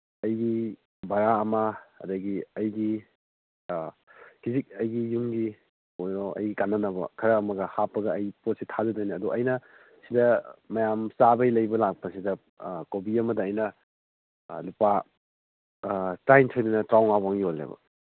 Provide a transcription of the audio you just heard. ꯑꯩꯒꯤ ꯚꯔꯥ ꯑꯃ ꯑꯗꯒꯤ ꯑꯩꯒꯤ ꯈꯤꯖꯤꯛ ꯑꯩꯒꯤ ꯌꯨꯝꯒꯤ ꯑꯣꯏꯔꯣ ꯑꯩ ꯀꯥꯟꯅꯅꯕ ꯈꯔ ꯑꯃꯒ ꯍꯥꯞꯄꯒ ꯑꯩ ꯄꯣꯠꯁꯤ ꯊꯥꯖꯗꯣꯏꯅꯤ ꯑꯗꯨ ꯑꯩꯅ ꯁꯤꯗ ꯃꯌꯥꯝ ꯆꯥꯕꯒꯤ ꯂꯩꯕ ꯂꯥꯛꯄꯁꯤꯗ ꯀꯣꯕꯤ ꯑꯃꯗ ꯑꯩꯅ ꯂꯨꯄꯥ ꯇꯔꯥꯅꯤꯊꯣꯏꯗꯩꯅ ꯇꯔꯥꯃꯉꯥꯕꯨꯛ ꯌꯣꯜꯂꯦꯕ